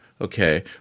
Okay